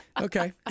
Okay